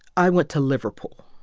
i went to liverpool.